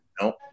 Nope